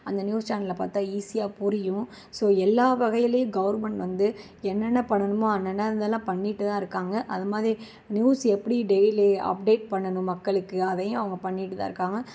அந்த நியூஸ் சேனலைப்பாத்தா ஈசியாக புரியும் ஸோ எல்லா வகையிலையும் கவுர்மெண்ட் வந்து என்னென்ன பண்ணணுமோ அன்னன்ன இதெலாம் பண்ணிகிட்டுதான் இருக்காங்கள் அதுமாதிரி நியூஸ் எப்படி டெய்லி அப்டேட் பண்ணணும் மக்களுக்கு அதையும் அவங்க பண்ணிகிட்டுத்தான் இருக்காங்கள்